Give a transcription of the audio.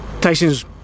Tyson's